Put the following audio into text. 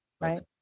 right